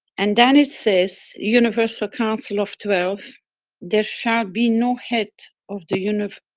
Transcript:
and then, it says, universal council of twelve there shall be no head of the univers.